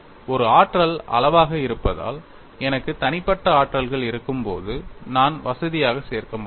ஒரு ஆற்றல் அளவாக இருப்பதால் எனக்கு தனிப்பட்ட ஆற்றல்கள் இருக்கும்போது நான் வசதியாக சேர்க்க முடியும்